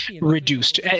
reduced